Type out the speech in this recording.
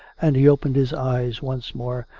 and he opened his eyes once more,